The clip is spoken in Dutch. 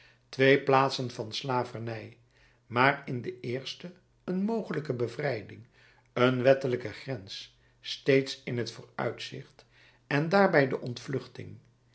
twee plaatsen van slavernij maar in de eerste een mogelijke bevrijding een wettelijke grens steeds in t vooruitzicht en daarbij de ontvluchting